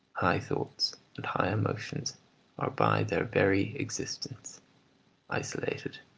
high thoughts and high emotions are by their very existence isolated.